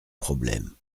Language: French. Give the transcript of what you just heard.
problèmes